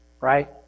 Right